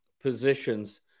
positions